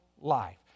life